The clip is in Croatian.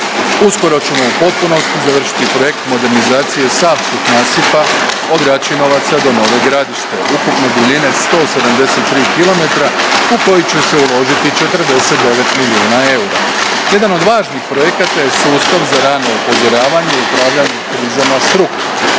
Uskoro ćemo u potpunosti dovršiti projekt modernizacije savskog nasipa od Račinovaca do Nove Gradište ukupne duljine 173 kilometara u koji će se uložiti 49 milijuna eura. Jedan od važnih projekata je Sustav za rano upozoravanje i upravljanje krizama (SRUUK).